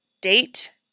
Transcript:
date